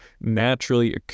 naturally